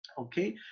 Okay